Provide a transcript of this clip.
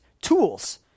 tools